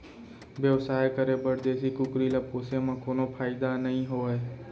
बेवसाय करे बर देसी कुकरी ल पोसे म कोनो फायदा नइ होवय